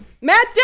Matt